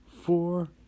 four